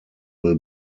will